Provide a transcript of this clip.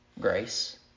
Grace